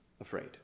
afraid